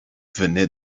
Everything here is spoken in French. venait